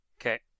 Okay